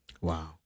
Wow